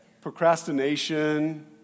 procrastination